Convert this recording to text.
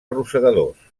rosegadors